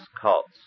cults